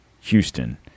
Houston